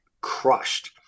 crushed